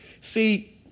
See